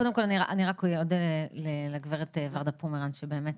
קודם כל אני רק אודה לגברת ורדה פומרנץ שבאמת